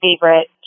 favorite